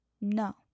no